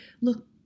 look